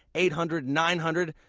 eight hundred, nine hundred.